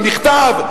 במכתב,